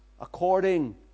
According